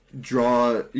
draw